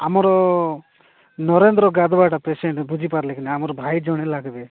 ଆମର ନରେନ୍ଦ୍ର ଗାଧୁଆଟା ପେସେଣ୍ଟ ବୁଝିପାରିଲେ କି ନା ଆମର ଭାଇ ଜଣେ ହେବେ